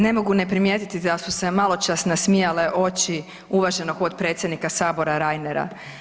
Ne mogu ne primijetiti da su se maločas nasmijale oči uvaženog potpredsjednika Sabora Reinera.